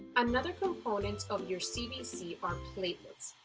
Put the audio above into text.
another component of your cbc are platelets.